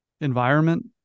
environment